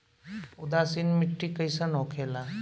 उदासीन मिट्टी कईसन होखेला?